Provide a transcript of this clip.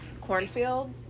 cornfield